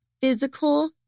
Physical